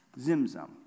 Zimzum